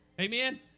Amen